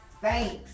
thanks